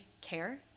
care